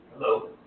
hello